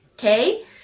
Okay